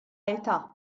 età